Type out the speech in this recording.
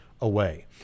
away